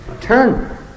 turn